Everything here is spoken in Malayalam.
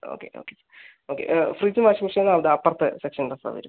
ഓക്കെ ഓക്കെ ഓക്കെ ആ ഫ്രിഡ്ജ് വാഷിംഗ് മെഷീൻ അത് അപ്പുറത്തെ സെക്ഷൻ അതാ സാർ വരൂ